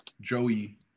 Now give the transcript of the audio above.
Joey